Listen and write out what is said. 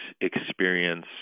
experience